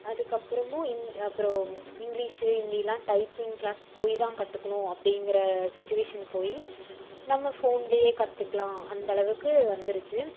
அதற்கப்புறமும் இன் அப்புறம் இங்கிலிஷு ஹிந்தி எல்லாம் டைப்பிங் கிளாஸ் போய் தான் கற்றுக்கணும் அப்படிங்கிற சுச்சுவேஷன் போய் நம்ம ஃபோன்லையே கற்றுக்கலாம் அந்த அளவுக்கு வந்துருச்சு